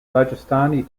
rajasthani